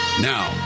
Now